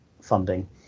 funding